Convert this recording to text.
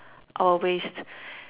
our waste